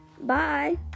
Bye